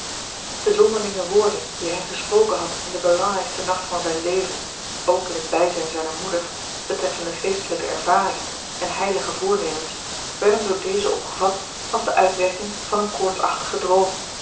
de zonderlinge woorden die hij gesproken had in den belangrijksten nacht van zijn leven ook in het bijzijn zijner moeder betreffende geestelijke ervaringen en heilige voornemens werden door deze opgevat als de uitwerking van een koorts achtigen droom